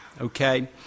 Okay